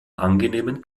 angenehmen